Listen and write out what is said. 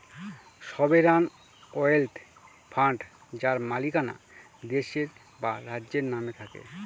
sovereign wealth fund যার মালিকানা দেশের বা রাজ্যের নামে থাকে